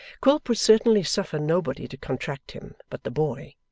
quilp would certainly suffer nobody to contract him but the boy,